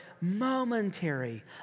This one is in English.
momentary